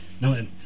No